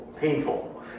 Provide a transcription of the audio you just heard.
painful